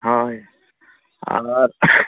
ᱦᱳᱭ ᱟᱨ